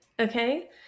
Okay